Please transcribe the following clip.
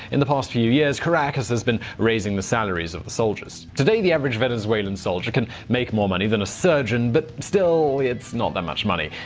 in the past few years, caracas has been raising the salaries of the soldiers. today, the average venezuelan soldier can make more money than a surgeon. but, still, it's not that much money.